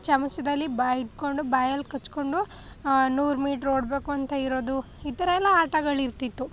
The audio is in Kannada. ಚಮಚದಲ್ಲಿ ಬಾಯಿ ಇಟ್ಕೊಂಡು ಬಾಯಲ್ಲಿ ಕಚ್ಕೊಂಡು ನೂರು ಮೀಟ್ರ್ ಓಡಬೇಕು ಅಂತ ಇರೋದು ಈ ಥರ ಎಲ್ಲ ಆಟಗಳು ಇರ್ತಿತ್ತು